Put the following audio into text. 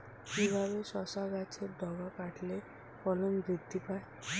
কিভাবে শসা গাছের ডগা কাটলে ফলন বৃদ্ধি পায়?